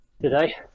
today